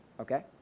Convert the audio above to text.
okay